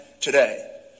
today